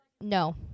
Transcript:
no